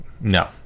No